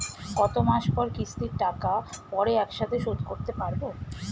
কত মাস পর কিস্তির টাকা পড়ে একসাথে শোধ করতে পারবো?